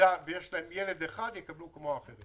במידה ויש להם ילד אחד, יקבלו כמו אחרים.